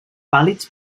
vàlids